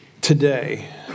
today